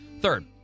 Third